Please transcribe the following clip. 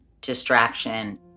distraction